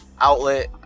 outlet